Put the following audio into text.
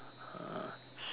siri